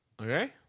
Okay